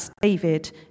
David